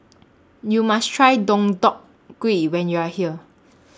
YOU must Try Deodeok Gui when YOU Are here